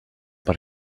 per